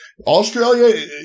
Australia